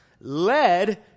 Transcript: led